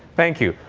thank you.